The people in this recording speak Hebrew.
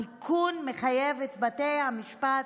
התיקון מחייב את בתי המשפט,